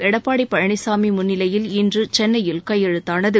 எடப்பாடி பழனிசாமி முன்னிலையில் இன்று சென்னையில் கையெழுத்தானது